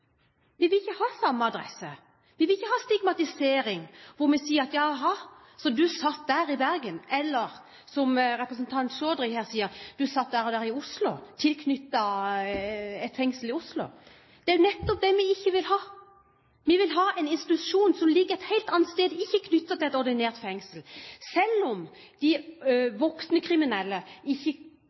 Vi vil ikke ha samme adresse, vi vil ikke ha stigmatisering hvor en sier at du satt der i Bergen, eller – som representanten Chaudhry her sier – du satt der og der i Oslo, tilknyttet et fengsel der. Det er nettopp det vi ikke vil ha. Vi vil ha en institusjon som ligger et helt annet sted, som ikke er knyttet til et ordinært fengsel – selv om de voksne kriminelle muligens ikke